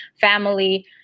family